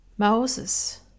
Moses